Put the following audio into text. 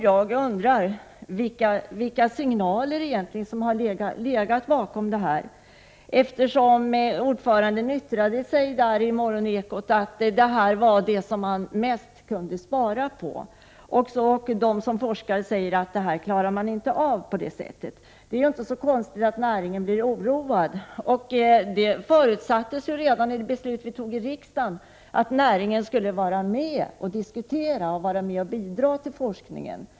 Därför undrar jag vilka signaler som ligger bakom, eftersom ordföranden i Morgonekot yttrade att detta var det som man mest kunde spara på och eftersom de som forskar säger att det inte går att klara forskningen på det sättet. Det är inte så konstigt att man blir oroad inom näringen. Det förutsattes redan det beslut vi tog i riksdagen att näringen skulle vara med och diskutera 105 och bidra till forskningen.